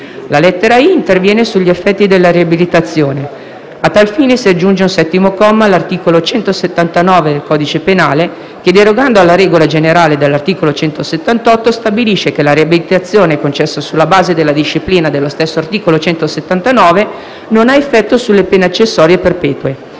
La lettera *i)* interviene sugli effetti della riabilitazione. A tal fine, si aggiunge un settimo comma all'articolo 179 del codice penale, che, derogando alla regola generale dell'articolo 178, stabilisce che la riabilitazione concessa sulla base della disciplina dello stesso articolo 179 non ha effetto sulle pene accessorie perpetue;